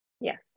Yes